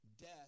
death